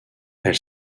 elle